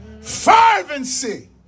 Fervency